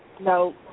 no